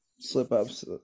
slip-ups